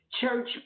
church